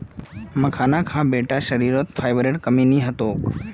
मखाना खा बेटा शरीरत फाइबरेर कमी नी ह तोक